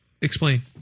Explain